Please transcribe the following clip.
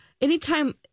Anytime